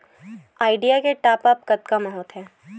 Idea के top आप कतका म होथे?